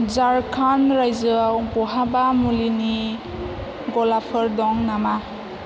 झारखान्ड रायजोयाव बहाबा मुलिनि गलाफोर दं नामा